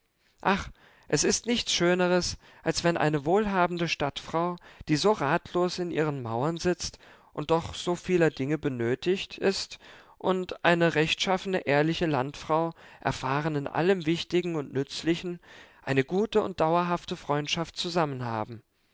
ach es ist nichts schöneres als wenn eine wohlhabende stadtfrau die so ratlos in ihren mauern sitzt und doch so vieler dinge benötigt ist und eine rechtschaffene ehrliche landfrau erfahren in allem wichtigen und nützlichen eine gute und dauerhafte freundschaft